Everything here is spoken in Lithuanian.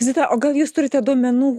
zita o gal jūs turite duomenų